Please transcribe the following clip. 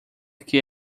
que